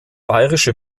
bayerische